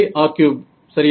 1r3 சரியா